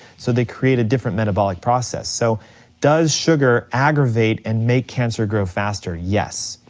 so they create a different metabolic process. so does sugar aggravate and make cancer grow faster, yes.